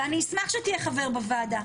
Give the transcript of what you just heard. ואני אשמח שתהיה חבר בוועדה.